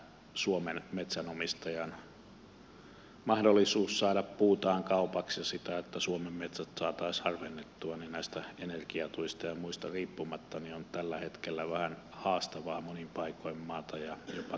suomalaisen metsänomistajan mahdollisuudet saada puutaan kaupaksi ja suomen metsien saaminen harvennettua näistä energiatuista ja muista riippumatta on tällä hetkellä vähän haastavaa monin paikoin maata ja jopa kyseenalaista